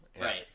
Right